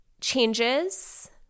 Changes